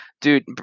Dude